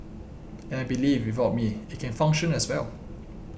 and I believe without me it can function as well